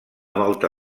volta